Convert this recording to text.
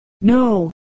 no